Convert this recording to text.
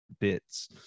bits